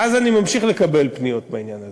מאז אני ממשיך לקבל פניות בעניין הזה,